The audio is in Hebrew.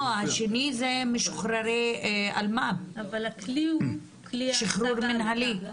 לא, השני זה משוחררי אלמ"ב, שחרור מינהלי.